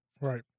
Right